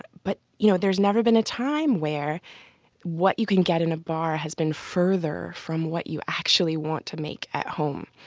but you know there's never been a time where what you can get in a bar has been further from what you want to make at home.